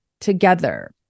together